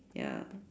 ya